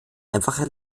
einfache